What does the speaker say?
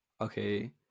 Okay